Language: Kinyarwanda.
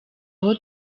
aho